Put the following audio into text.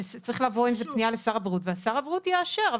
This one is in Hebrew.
שצריך לבוא עם זה בפנייה לשר הבריאות ושר הבריאות יאשר.